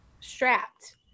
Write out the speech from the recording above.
strapped